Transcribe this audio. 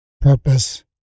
purpose